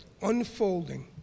unfolding